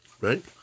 right